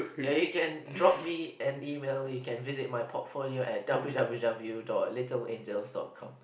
ya you can drop me an email you can visit my portfolio a w_w_w dot little angels dot com